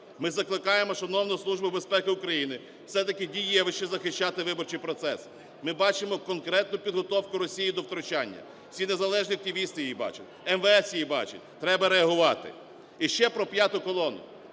Ми закликаємо шановну Службу безпеки України все-таки дієвіше захищати виборчий процес. Ми бачимо конкретну підготовку Росії до втручання, всі незалежні активісти її бачать, МВС її бачить – треба реагувати. І ще про "п'яту колону".